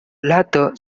latter